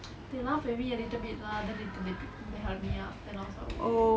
they laugh at me a little bit lah then they late~ they pick they help me up and I was like okay